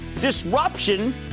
disruption